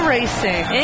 Racing